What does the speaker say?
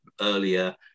earlier